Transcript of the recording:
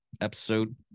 episode